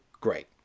great